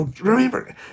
Remember